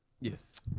Yes